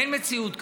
אין מציאות כזאת.